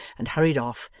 and hurried off,